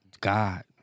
God